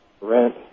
rent